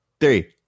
three